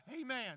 Amen